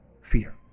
fear